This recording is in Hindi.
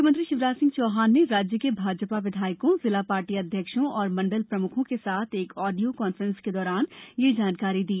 मुख्यमंत्री शिवराज सिंह चौहान ने राज्य के भाज ा विधायकों जिला ार्टी अध्यक्षों और मंडल प्रमुखों के साथ एक ऑडियो कॉन्फ्रेंस के दौरान आज यह जानकारी दी